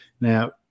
Now